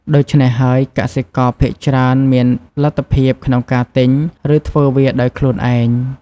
ដូច្នេះហើយ កសិករភាគច្រើនមានលទ្ធភាពក្នុងការទិញ ឬធ្វើវាដោយខ្លួនឯង។